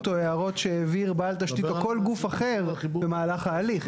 או הערות שהעביר בעל תשתית או כל גוף אחר במהלך ההליך.